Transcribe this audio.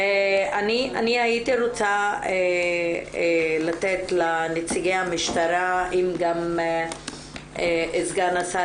אני הייתי רוצה לתת לנציגי המשטרה אם גם סגן השר